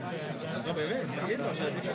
הדבר הזה --- הם ניתנים